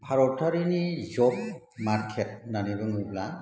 भारतारिनि जब मारकेट होननानै बुङोब्ला